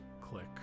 click